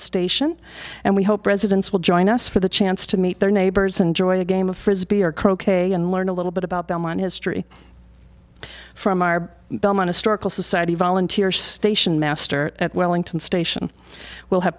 station and we hope residents will join us for the chance to meet their neighbors enjoy a game of frisbee or croquet and learn a little bit about them on history from our don historical society volunteer station master at wellington station will have